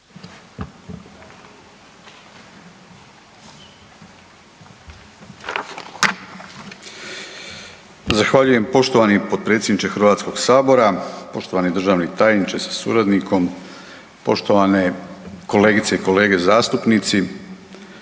Hvala lijepo poštovani potpredsjedniče Hrvatskog sabora. Poštovani državni tajniče sa suradnicima, kolegice i kolege,